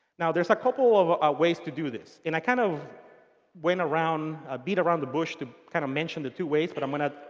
now, there's a couple of ah ah ways to do this. and i kind of went around, ah beat around the bush to kind of mention the two ways. but i'm going to